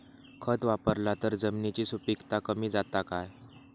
खत वापरला तर जमिनीची सुपीकता कमी जाता काय?